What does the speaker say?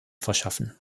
verschaffen